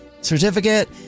certificate